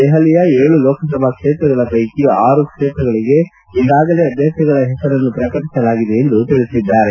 ದೆಹಲಿಯ ಏಳು ಲೋಕಸಭಾ ಕ್ಷೇತ್ರಗಳ ಷೈಕಿ ಆರು ಕ್ಷೇತ್ರಗಳಿಗೆ ಈಗಾಗಲೇ ಅಭ್ಞರ್ಥಿಗಳ ಹೆಸರನ್ನು ಪ್ರಕಟಿಸಲಾಗಿದೆ ಎಂದು ಹೇಳಿದ್ದಾರೆ